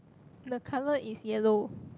the colour is yellow